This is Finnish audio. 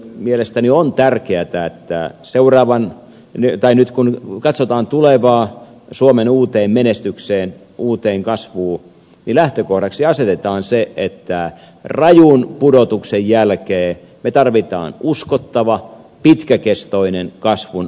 mielestäni on tärkeätä että nyt kun katsotaan tulevaan suomen uuteen menestykseen uuteen kasvuun niin lähtökohdaksi asetetaan se että rajun pudotuksen jälkeen me tarvitsemme uskottavan pitkäkestoisen kasvun ohjelman